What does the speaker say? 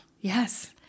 yes